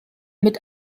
mit